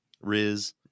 riz